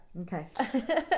Okay